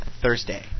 Thursday